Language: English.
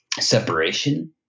separation